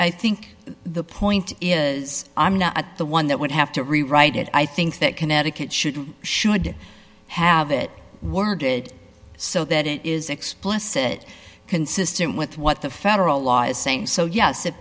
i think the point is i'm not the one that would have to rewrite it i think that connecticut should or should have it worded so that it is explicit consistent with what the federal law is saying so yes if